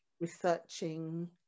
researching